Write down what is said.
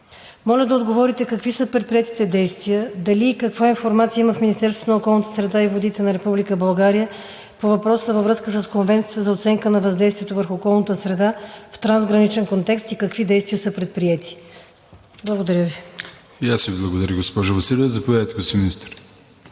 Моля да отговорите: какви са предприетите действия, дали и каква информация има в Министерството на околната среда и водите на Република България по въпроса във връзка с Конвенцията за оценка на въздействието върху околната среда в трансграничен контекст и какви действия са предприети? Благодаря Ви. ПРЕДСЕДАТЕЛ АТАНАС АТАНАСОВ: И аз Ви благодаря, госпожо Василева. Заповядайте, господин Министър.